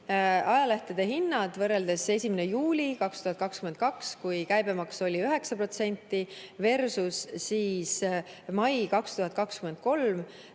ajalehtede hinnad võrreldes 1. juuliga 2022, kui käibemaks oli 9%,versusmai 2023